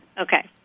Okay